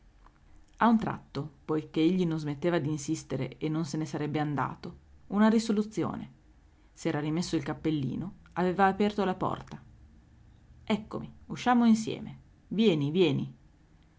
a un tratto poiché egli non smetteva d'insistere e non se ne sarebbe andato una risoluzione s'era rimesso il cappellino aveva aperto la porta eccomi usciamo insieme vieni vieni